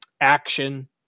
action